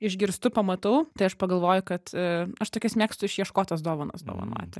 išgirstu pamatau tai aš pagalvoju kad a aš tokias mėgstu išieškotas dovanas dovanoti